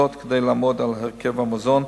כדי לעמוד על הרכב המזון,